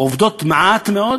או עובדות מעט מאוד,